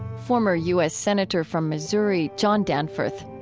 former u s. senator from missouri john danforth.